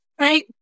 Right